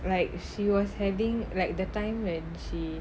like she was having like that time when she